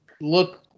look